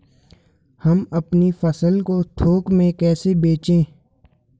हम अपनी फसल को थोक में कैसे बेचें?